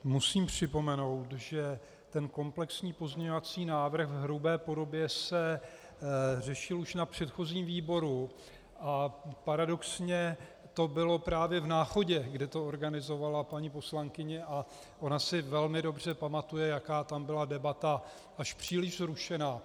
Musím připomenout, že ten komplexní pozměňovací návrh v hrubé podobě se řešil už na předchozím výboru, a paradoxně to bylo právě v Náchodě, kde to organizovala paní poslankyně, a ona si velmi dobře pamatuje, jaká tam byla debata až příliš vzrušená.